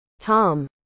Tom